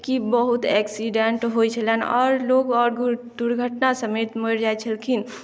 कि बहुत एक्सीडेंट होइत छलनि आओर लोग आर दुर्घटना समेत मरि जाइत छलखिन